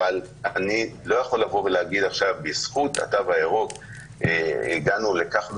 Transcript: אבל אני לא יכול לבוא ולהגיד עכשיו: בזכות התו הירוק הגענו לכך וכך.